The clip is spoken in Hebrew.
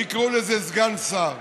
יקראו לזה סגן שר.